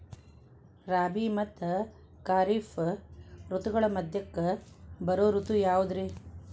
ರಾಬಿ ಮತ್ತ ಖಾರಿಫ್ ಋತುಗಳ ಮಧ್ಯಕ್ಕ ಬರೋ ಋತು ಯಾವುದ್ರೇ?